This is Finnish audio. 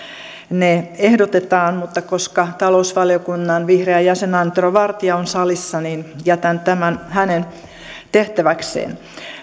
ne ehdotetaan mutta koska talousvaliokunnan vihreä jäsen antero vartia on salissa niin jätän tämän hänen tehtäväkseen